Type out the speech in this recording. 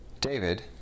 David